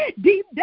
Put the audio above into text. Deep